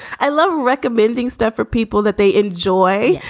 i love recommending stuff for people that they enjoy.